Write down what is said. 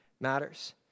matters